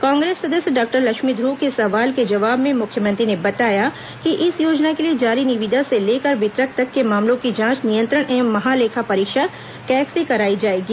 कांग्रेस सदस्य डॉक्टर लक्ष्मी ध्रव के सवाल के जवाब में मुख्यमंत्री ने बताया कि इस योजना के लिए जारी निविदा से लेकर वितरण तक के मामलों की जांच नियंत्रण एवं महालेखा परीक्षक कैग से कराई जाएगी